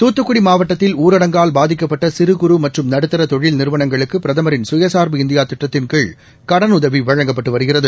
தூத்துக்குடி மாவட்டத்தில் ஊரடங்கால் பாதிக்கப்பட்ட சிறு குறு மற்றும் நடுத்தர தொழில் நிறுவனங்களுக்கு பிரதமரின் சுயசார்பு இந்தியா திட்டத்தின்கீழ் கடனுதவி வழங்கப்பட்டு வருகிறது